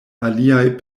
aliaj